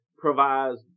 Provides